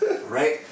Right